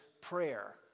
prayer